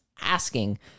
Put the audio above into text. Asking